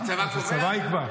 הצבא קובע?